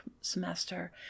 semester